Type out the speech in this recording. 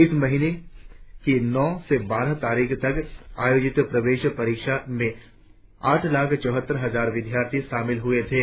इस महीने की नौ से बारह तारीख तक आयोजित प्रवेश परीक्षा में आठ लाख चौहत्तर हजार परीक्षार्थी शामिल हुए थे